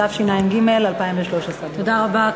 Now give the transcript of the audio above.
התשע"ג 2013. תודה רבה.